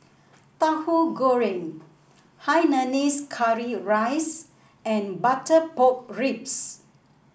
Tahu Goreng Hainanese Curry Rice and Butter Pork Ribs